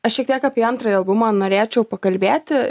aš šiek tiek apie antrąjį albumą norėčiau pakalbėti